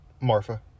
Marfa